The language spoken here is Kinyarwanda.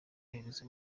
aherutse